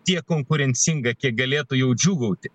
tiek konkurencinga kiek galėtų jau džiūgauti